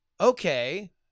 Okay